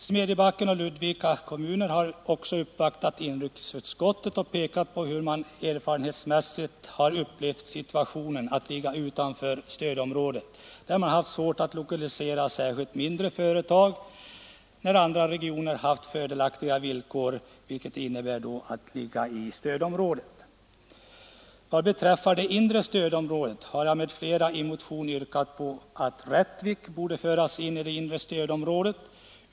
Smedjebackens och Ludvika kommuner har också uppvaktat inrikesutskottet och pekat på hur man upplevt situationen att ligga utanför stödområdet. Man har haft svårt att lokalisera särskilt mindre företag, när andra regioner har haft de fördelaktiga villkor som det innebär att tillhöra stödområdet. Jag har tillsammans med några andra ledamöter i en motion yrkat på att Rättvik borde föras in i det inre stödområdet.